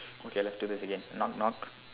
okay let's do this again knock knock